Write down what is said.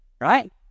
right